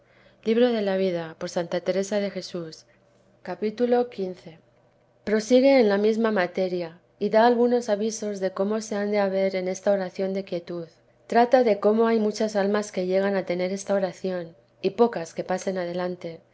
como vuesa merced sabe capítulo xv prosigue en la mesma materia y da algunos avisos de cómo se han de haber en esta oración de quietud trata de cómo hay muchas almas que llegan a tener esta oración y pocas que pasen adelante